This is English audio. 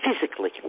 physically